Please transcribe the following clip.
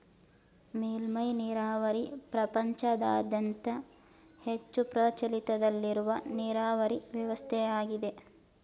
ಮೇಲ್ಮೆ ನೀರಾವರಿ ಪ್ರಪಂಚದಾದ್ಯಂತ ಹೆಚ್ಚು ಪ್ರಚಲಿತದಲ್ಲಿರುವ ನೀರಾವರಿ ವ್ಯವಸ್ಥೆಯಾಗಿದೆ